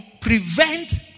prevent